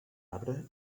arbre